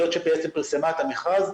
זו שפרסמה את המכרז,